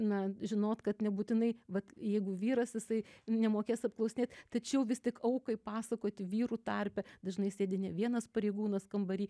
na žinot kad nebūtinai vat jeigu vyras jisai nemokės apklausinėt tačiau vis tik aukai pasakoti vyrų tarpe dažnai sėdi ne vienas pareigūnas kambary